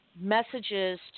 messages